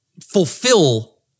fulfill